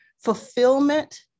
fulfillment